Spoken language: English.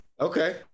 Okay